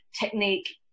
technique